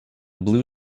blue